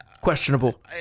Questionable